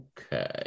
Okay